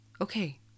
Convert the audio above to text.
Okay